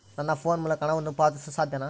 ನನ್ನ ಫೋನ್ ಮೂಲಕ ಹಣವನ್ನು ಪಾವತಿಸಲು ಸಾಧ್ಯನಾ?